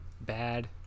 Bad